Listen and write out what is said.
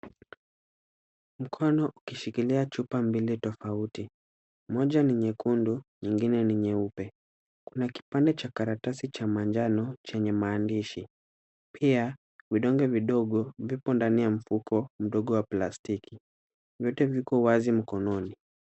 Mkono ukishikilia chupa mbili tofauti, moja ni nyekundu nyingine ni nyeupe. Kuna kipande cha karatasi cha manjano chenye maandishi. Pia vidonge vidogo vipo ndani ya mfuko mdogo wa plastiki. Vyote vipo wazi mkononi.